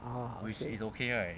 ah